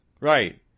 Right